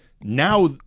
Now